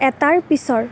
এটাৰ পিছৰ